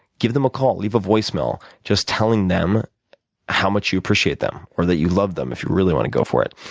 give them a call. leave a voicemail just telling them how much you appreciate them, or that you love them if you really want to go for it.